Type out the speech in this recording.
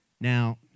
Now